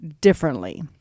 differently